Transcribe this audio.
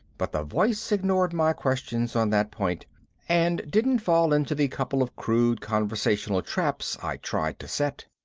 but the voice ignored my questions on that point and didn't fall into the couple of crude conversational traps i tried to set.